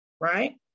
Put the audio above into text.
right